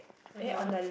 (uh huh)